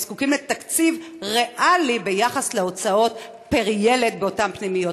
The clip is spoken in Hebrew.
הם זקוקים לתקציב ריאלי ביחס להוצאות פר-ילד באותן פנימיות.